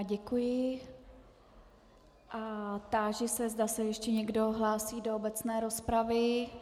Děkuji a táži se, zda se ještě někdo hlásí do obecné rozpravy.